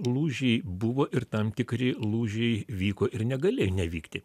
lūžiai buvo ir tam tikri lūžiai vyko ir negalėj nevykti